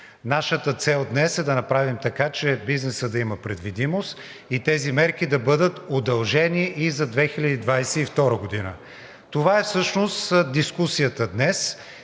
Нашата цел днес е да направим така, че бизнесът да има предвидимост и тези мерки да бъдат удължени и за 2022 г. Това е всъщност дискусията днес